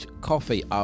coffee